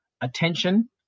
attention